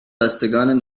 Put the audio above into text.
بستگان